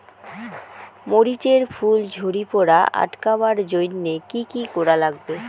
মরিচ এর ফুল ঝড়ি পড়া আটকাবার জইন্যে কি কি করা লাগবে?